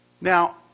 Now